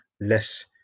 less